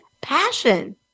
passion